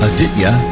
Aditya